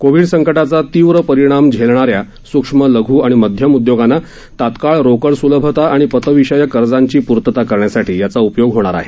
Covid संकटाचा तीव्र परिणाम झेलणाऱ्या सूक्ष्म लघू आणि मध्यम उद्योगांना तात्काळ रोकड सूलभता आणि पत विषयक कर्जांची पूर्तता करण्यासाठी याचा उपयोग होणार आहे